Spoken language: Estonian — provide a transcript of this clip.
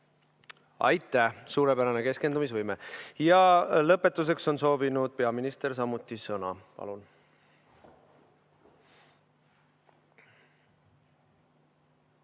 Aitäh, suurepärane keskendumisvõime! Ja lõpetuseks on soovinud peaminister samuti sõna. Palun!